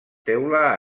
teula